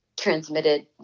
transmitted